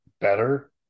better